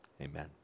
Amen